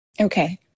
okay